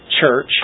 Church